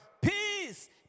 Peace